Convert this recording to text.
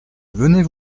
venez